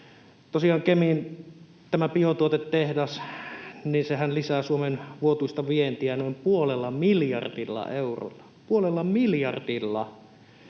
Tosiaan Kemin biotuotetehdas lisää Suomen vuotuista vientiä noin puolella miljardilla eurolla — puolella miljardilla